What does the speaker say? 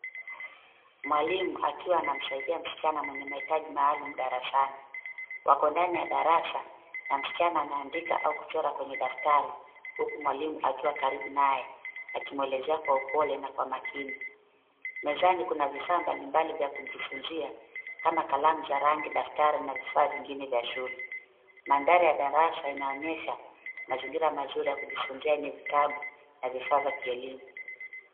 Mwalimu akiwa anamsaidia msichana mwenye mahitaji maalum darasani wako ndani ya darasa na msichana anaandika au kuchora kwenye daftari huku mwalimu akiwa karibu naye akimuelezea kwa upole na kwa makini ,mezani kuna vifaa mbalimbali vya kujifunzia kama kalamu za rangi, daftari na vifaa vingine vya shule mandhari ya darasa inaonyesha mazingira mazuri ya kujifunza yenye vitabu na vifaa vya kielimu.